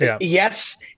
Yes